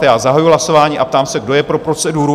Já zahajuji hlasování a ptám se, kdo je pro proceduru?